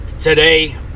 today